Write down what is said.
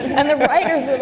and the writers were